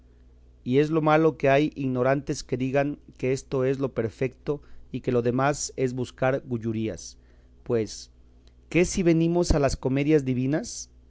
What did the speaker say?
y es lo malo que hay ignorantes que digan que esto es lo perfecto y que lo demás es buscar gullurías pues qué si venimos a las comedias divinas